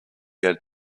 had